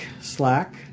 Slack